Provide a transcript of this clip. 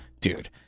dude